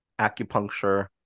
acupuncture